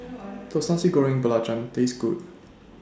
Does Nasi Goreng Belacan Taste Good